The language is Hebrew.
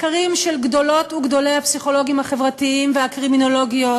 מחקרים של גדולות וגדולי הפסיכולוגים החברתיים והקרימינולוגיות,